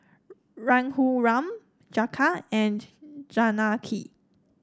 Raghuram Jagat and Janaki